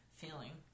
feeling